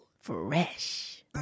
Fresh